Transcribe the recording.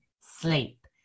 sleep